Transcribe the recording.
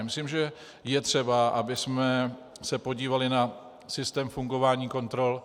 Myslím, že je třeba, abychom se podívali na systém fungování kontrol.